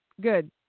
Good